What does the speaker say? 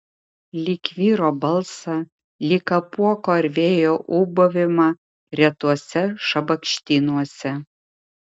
lyg vyro balsą lyg apuoko ar vėjo ūbavimą retuose šabakštynuose